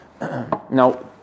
Now